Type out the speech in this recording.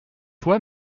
toi